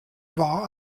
war